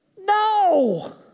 No